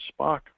Spock